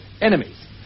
enemies